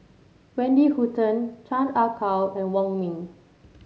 Wendy Hutton Chan Ah Kow and Wong Ming